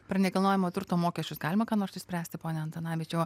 per nekilnojamo turto mokesčius galima ką nors išspręsti pone antanavičiau